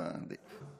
לא, עדיף.